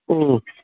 ꯎꯝ ꯎꯝ